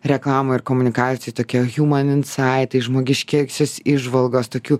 reklamų ir komunikacijų tokia hiuman insaid tai žmogiškosios įžvalgos tokių